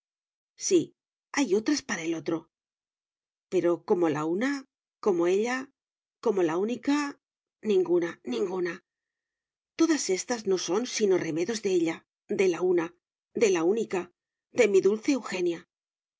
sí hay otras para el otro pero como la una como ella como la única ninguna ninguna todas éstas no son sino remedos de ella de la una de la única de mi dulce eugenia